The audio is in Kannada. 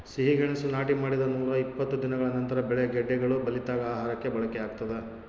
ಸಿಹಿಗೆಣಸು ನಾಟಿ ಮಾಡಿದ ನೂರಾಇಪ್ಪತ್ತು ದಿನಗಳ ನಂತರ ಬೆಳೆ ಗೆಡ್ಡೆಗಳು ಬಲಿತಾಗ ಆಹಾರಕ್ಕೆ ಬಳಕೆಯಾಗ್ತದೆ